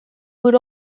would